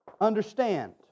understand